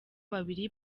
babiri